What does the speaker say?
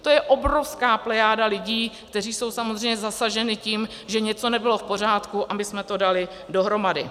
To je obrovská plejáda lidí, kteří jsou samozřejmě zasaženi tím, že něco nebylo v pořádku, a my jsme to dali dohromady.